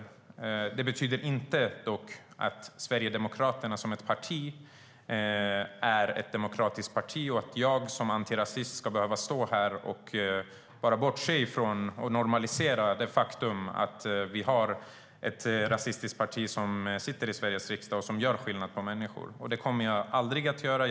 Detta betyder dock inte att Sverigedemokraterna som parti skulle vara ett demokratiskt parti och att jag som antirasist ska behöva stå här och bortse från eller normalisera det faktum att vi har ett rasistiskt parti som sitter i Sveriges riksdag och som gör skillnad på människor. Det kommer jag aldrig att göra.